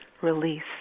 release